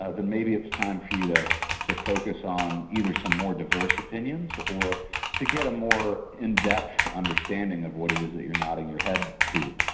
ah then maybe it's time for you to to focus on either some more diverse opinions or to get a more in-depth understanding of what it is that you're nodding your head to.